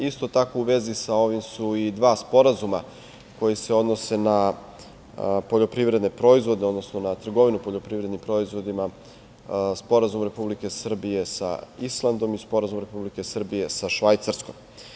Isto tako, u vezi sa ovim su i dva sporazuma koji se odnose na poljoprivredne proizvode, odnosno na trgovinu poljoprivrednim proizvodima, Sporazum Republike Srbije sa Islandom i Sporazum Republike Srbije sa Švajcarskom.